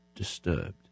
Disturbed